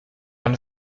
eine